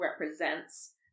represents